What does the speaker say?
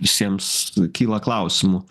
visiems kyla klausimų